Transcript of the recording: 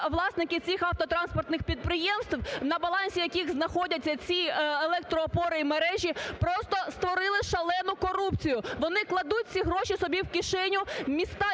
власники цих автотранспортних підприємств, на балансі яких знаходяться ці електроопори і мережі, просто створили шалену корупцію. Вони кладуть ці гроші собі в кишеню, міста